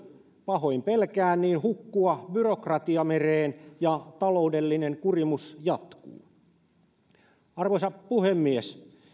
pahoin pelkään hukkua byrokratiamereen ja taloudellinen kurimus jatkuu arvoisa puhemies